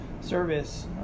service